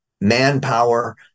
manpower